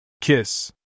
Kiss